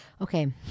okay